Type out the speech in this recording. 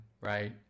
right